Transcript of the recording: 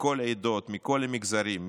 מכל העדות, מכל המגזרים,